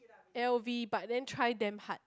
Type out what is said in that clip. L_V but then try damn hard